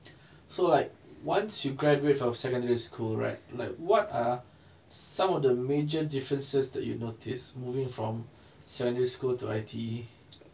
so like once you graduate from secondary school right like what are some of the major differences that you notice moving from secondary school to I_T_E